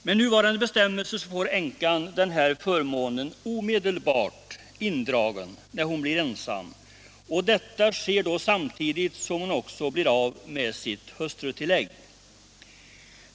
Med nuvarande bestämmelser får änkan denna förmån omedelbart indragen, när hon blir ensam. Detta sker då samtidigt som hon blir av med sitt hustrutillägg.